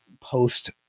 post